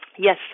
Yes